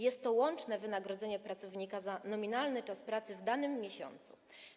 Jest to łączne wynagrodzenie pracownika za nominalny czas pracy w danym miesiącu.